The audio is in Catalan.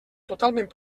totalment